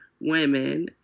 women